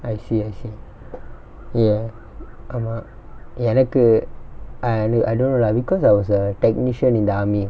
I see I see ya ஆமா எனக்கு:aamaa enakku I n~ I don't know lah because I was a technician in the army